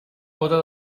bóta